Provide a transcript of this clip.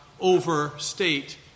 overstate